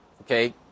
Okay